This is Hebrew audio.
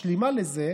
משלימה לזה,